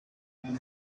what